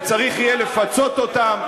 וצריך יהיה לפצות אותם,